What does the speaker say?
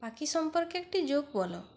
পাখি সম্পর্কে একটি জোক বলো